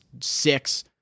six